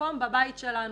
מקום בבית שלנו.